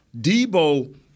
Debo